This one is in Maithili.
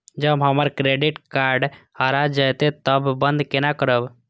जब हमर क्रेडिट कार्ड हरा जयते तब बंद केना करब?